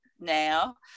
now